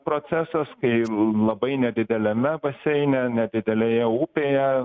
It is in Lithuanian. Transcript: procesas kai labai nedideliame baseine nedidelėje upėje